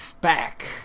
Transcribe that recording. back